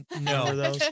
No